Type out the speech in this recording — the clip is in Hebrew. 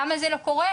למה זה לא קורה,